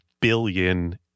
billion